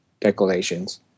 declarations